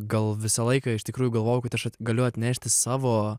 gal visą laiką iš tikrųjų galvojau kad aš galiu atnešti savo